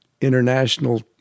international